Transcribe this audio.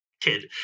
kid